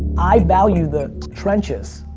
i value the trenches,